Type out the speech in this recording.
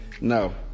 no